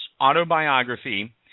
autobiography